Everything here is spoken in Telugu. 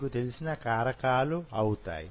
మీకు తెలిసిన కారకాలు అవుతాయి